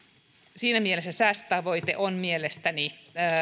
siinä mielessä säästötavoite on mielestäni